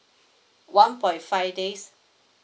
one point five days